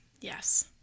Yes